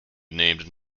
named